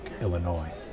Illinois